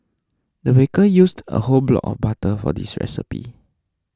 the baker used a whole block of butter for this recipe